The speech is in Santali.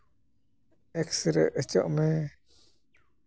ᱮᱠᱥᱨᱮ ᱦᱚᱪᱚᱜ ᱢᱮ